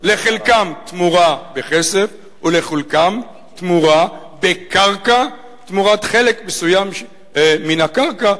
לחלקם תמורה בכסף לחלקם תמורה בקרקע תמורת חלק מסוים מן הקרקע.